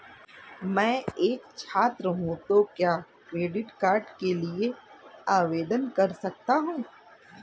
मैं एक छात्र हूँ तो क्या क्रेडिट कार्ड के लिए आवेदन कर सकता हूँ?